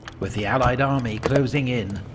with the allied army closing in,